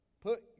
Put